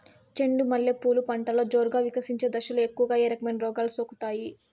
చెండు మల్లె పూలు పంటలో జోరుగా వికసించే దశలో ఎక్కువగా ఏ రకమైన రోగాలు సోకుతాయి?